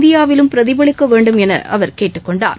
இந்தியாவிலும் பிரதிபலிக்க வேண்டும் என அவர் கேட்டுக் கொண்டார்